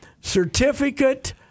certificate